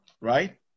right